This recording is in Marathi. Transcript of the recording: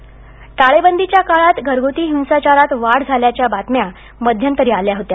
घरगुती हिंसाचार टाळेबंदीच्या काळात घरगुती हिंसाचारात वाढ झाल्याच्या बातम्या मध्यंतरी आल्या होत्या